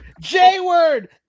J-word